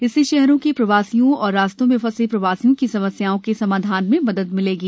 इससे शहरों के प्रवासियों और रास्तों में फंसे प्रवासियों की समस्याओं के समाधान में मदद मिलेगी